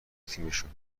تیمشون